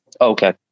Okay